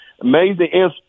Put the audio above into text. amazing